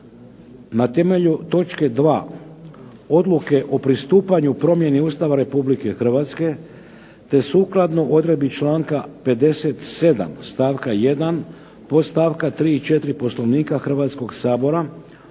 na temelju točke 2. Odluke o pristupanju promjeni Ustava Republike Hrvatske te sukladno odredbi članka 57. stavka 1. podstavka 3 i 4 Poslovnika Hrvatskoga sabora